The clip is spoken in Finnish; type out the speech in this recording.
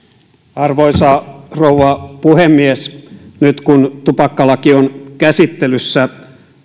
arvoisa rouva puhemies nyt kun tupakkalaki on käsittelyssä